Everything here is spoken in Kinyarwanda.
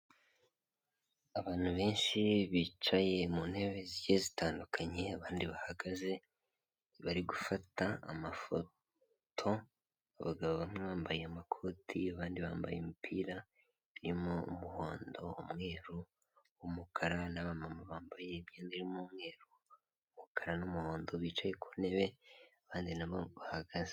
Abantu benshi bicaye mu ntebe zigiye zitandukanye, abandi bahagaze bari gufata amafoto, abagabo bamwe bambaye amakoti, abandi bambaye imipira irimo umuhondo, umweru, umukara n'abamama bambaye imyenda irimo umweru, umukara n'umuhondo bicaye ku ntebe abandi na bo bahagaze.